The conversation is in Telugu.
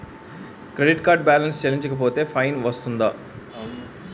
క్రెడిట్ కార్డ్ బాలన్స్ చెల్లించకపోతే ఫైన్ పడ్తుంద?